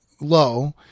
low